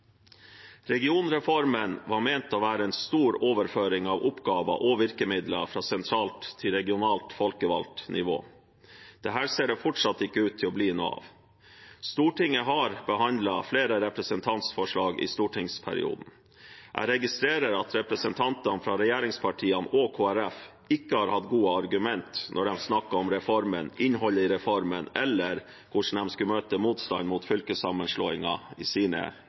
Regionreformen var ment å gi en stor overføring av oppgaver og virkemidler fra sentralt til regionalt folkevalgt nivå. Dette ser det fortsatt ikke ut til å bli noe av. Stortinget har behandlet flere representantforslag i stortingsperioden. Jeg registrerer at representantene fra regjeringspartiene og Kristelig Folkeparti i sine innlegg ikke har hatt gode argumenter når de snakket om reformen, innholdet i reformen eller hvordan de skulle møte motstand mot